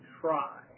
try